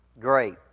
Great